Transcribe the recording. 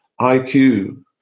IQ